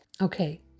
Okay